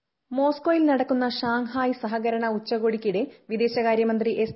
voice മോസ്കോയിൽ നടക്കുന്ന Shanghai സഹകരണ ഉച്ചകോടിക്കിടെ വിദേശകാര്യമന്ത്രി എസ്